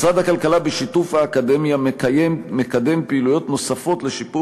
משרד הכלכלה בשיתוף האקדמיה מקדם פעילויות נוספות לשיפור